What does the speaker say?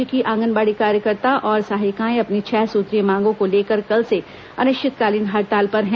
राज्य की आंगनबाड़ी कार्यकर्ता और सहायिकाएं अपनी छह सुत्रीय मांगों को लेकर कल से अनिश्चितकालीन हड़ताल पर है